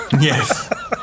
Yes